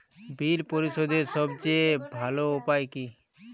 বিল পরিশোধের সবচেয়ে ভালো উপায় কী?